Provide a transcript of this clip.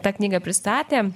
tą knygą pristatė